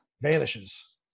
vanishes